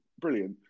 brilliant